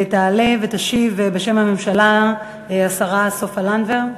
תעלה ותשיב בשם הממשלה השרה סופה לנדבר.